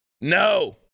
No